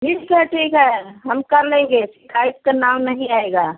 ठीक है ठीक है हम कर लेंगे शिकायत का नाम नहीं आएगा